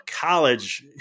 college